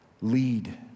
lead